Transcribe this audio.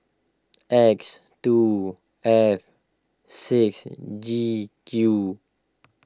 X two F six G Q